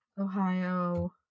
Ohio